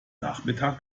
nachmittag